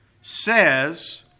says